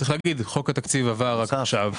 צריך להגיד שחוק התקציב עבר רק עכשיו.